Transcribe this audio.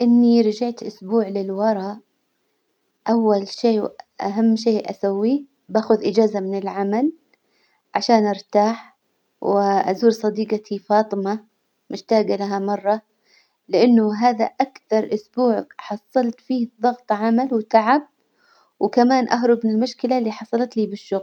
إني رجعت أسبوع للورا أول شي وأهم شي أسويه بأخذ إجازة من العمل عشان أرتاح، وأزور صديجتي فاطمة مشتاجة لها مرة، لإنه هذا أكثر أسبوع حصلت فيه ضغط عمل وتعب، وكمان أهرب من المشكلة اللي حصلت لي بالشغل.